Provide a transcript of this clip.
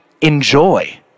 enjoy